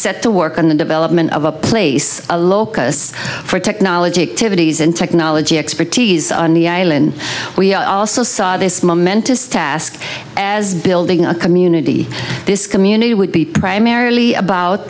set to work on the development of a place a locus for technology activities and technology expertise on the island we also saw this momentous task as building a community this community would be primarily about